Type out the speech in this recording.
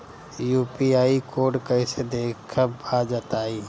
UPI code कैसे देखब बताई?